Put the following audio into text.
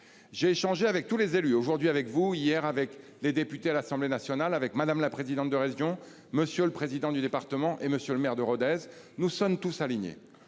J'ai échangé avec tous les élus : aujourd'hui avec vous, hier avec les députés à l'Assemblée nationale, mais aussi avec Mme la présidente de région, M. le président du département et M. le maire de Rodez. Nous sommes tous alignés